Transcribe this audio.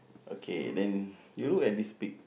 okay then you look at this pic